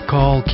Call